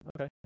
Okay